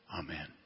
Amen